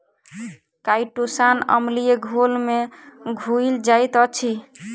chitosan अम्लीय घोल में घुइल जाइत अछि